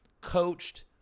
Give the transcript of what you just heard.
coached